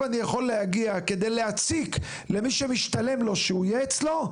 אני יכול להגיע כדי להציק למי שמשתלם לו שהוא יהיה אצלו,